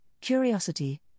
curiosity